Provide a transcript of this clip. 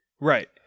Right